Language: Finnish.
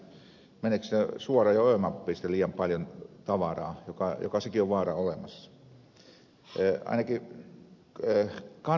vistbacka tuossa äsken puhui jotta siinä menee suoraan jo ö mappiin sitten liian paljon tavaraa joka sekin vaara on olemassa